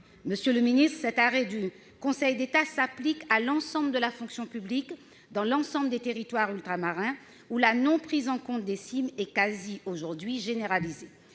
Monsieur le secrétaire d'État, cet arrêt du Conseil d'État s'applique à l'ensemble de la fonction publique, dans l'ensemble des territoires ultramarins, où la non-prise en compte des CIMM est quasi généralisée.